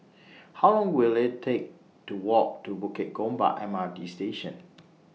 How Long Will IT Take to Walk to Bukit Gombak M R T Station